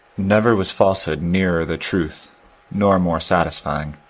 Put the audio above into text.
never was falsehood nearer the truth nor more satisfying.